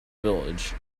village